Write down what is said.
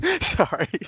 sorry